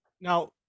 Now